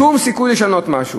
שום סיכוי לשנות משהו.